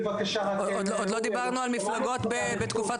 עוד לא דיברנו על מפלגות בתקופת